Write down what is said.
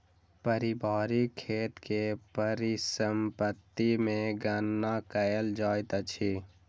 पारिवारिक खेत के परिसम्पत्ति मे गणना कयल जाइत अछि